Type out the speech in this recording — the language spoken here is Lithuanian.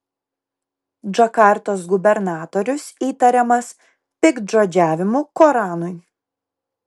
džakartos gubernatorius įtariamas piktžodžiavimu koranui